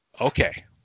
okay